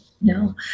No